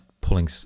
pulling